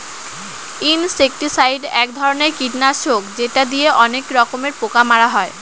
insecticide এক ধরনের কীটনাশক যেটা দিয়ে অনেক রকমের পোকা মারা হয়